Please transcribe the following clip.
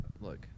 Look